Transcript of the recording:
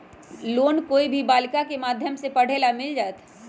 Loan कोई भी बालिका के माध्यम से पढे ला मिल जायत?